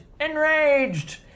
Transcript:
enraged